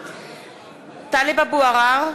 (קוראת בשמות חברי הכנסת) טלב אבו עראר,